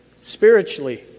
Spiritually